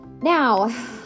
now